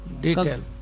detail